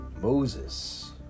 Moses